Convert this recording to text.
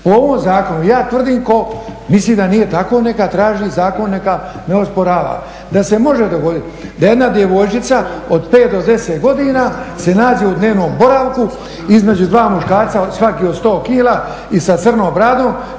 u ovom zakonu ja tvrdim, ko misli da nije tako, neka traži zakon, neka ne osporava, da se može dogoditi da jedna djevojčica od 5 do 10 godina se nađe u dnevnom boravku između dva muškarca svaki od 100 kila i sa crnom bradom